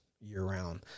year-round